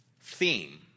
theme